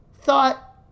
thought